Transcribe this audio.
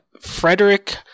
Frederick